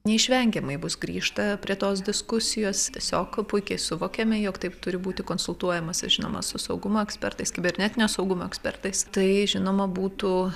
neišvengiamai bus grįžta prie tos diskusijos tiesiog puikiai suvokiame jog turi būti konsultuojamasi žinoma su saugumo ekspertais kibernetinio saugumo ekspertais tai žinoma būtų